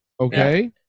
okay